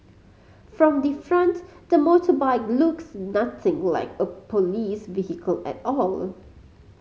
from the front the motorbike looks nothing like a police vehicle at all